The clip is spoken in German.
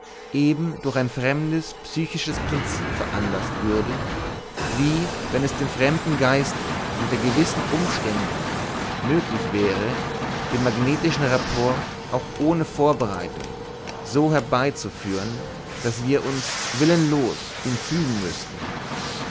eben durch ein fremdes psychisches prinzip veranlaßt würde wie wenn es dem fremden geiste unter gewissen umständen möglich wäre den magnetischen rapport auch ohne vorbereitung so herbeizuführen daß wir uns willenlos ihm fügen müßten